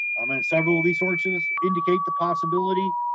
um, and several of these sources indicate the possibility,